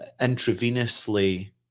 intravenously